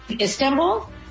Istanbul